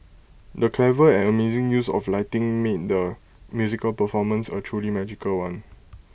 the clever and amazing use of lighting made the musical performance A truly magical one